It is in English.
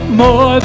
more